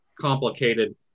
complicated